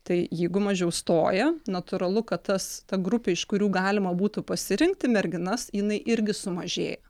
tai jeigu mažiau stoja natūralu kad tas ta grupė iš kurių galima būtų pasirinkti merginas jinai irgi sumažėja